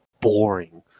boring